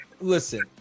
Listen